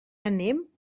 anem